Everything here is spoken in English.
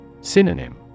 Synonym